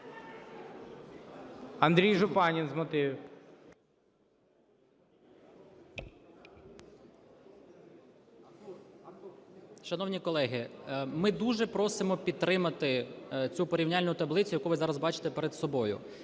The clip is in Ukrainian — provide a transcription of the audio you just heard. Андрій Жупанин, з мотивів.